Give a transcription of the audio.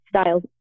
styles